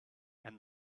and